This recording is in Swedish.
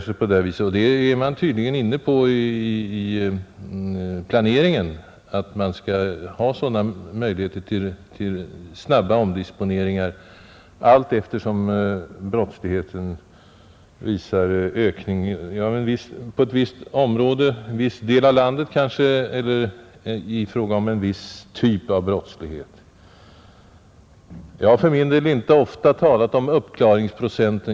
Man är tydligen också i departementets planering inne på att det skall finnas möjlighet till snabba omdisponeringar, allteftersom brottsligheten visar ökning t.ex. i viss del av landet eller när det gäller en viss typ av brottslighet. Jag brukar för min del inte ofta tala om ”uppklaringsprocent”.